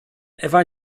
ewa